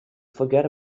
forgot